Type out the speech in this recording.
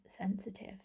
sensitive